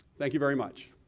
thank you very much.